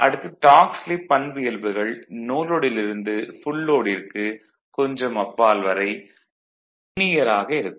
அடுத்து torque slip பண்பியல்புகள் no லோடில் இருந்து ஃபுல் லோடிற்கு கொஞ்சம் அப்பால் வரை லீனியர் ஆக இருக்கும்